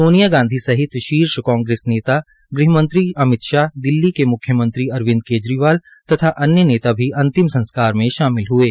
सोनिया गांधी सहित शीर्ष कांग्रेस नेता ग़हमंत्री अमित शाह दिल्ली के मुख्यमंत्री अरविंद केजरीवाल तथा अन्य नेता भी अंतिम संस्कार में शामिल हये